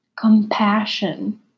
compassion